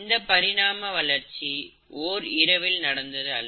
இந்த பரிணாம வளர்ச்சி ஓர் இரவில் நடந்தது அல்ல